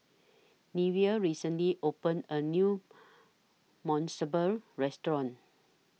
Neveah recently opened A New Monsunabe Restaurant